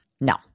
No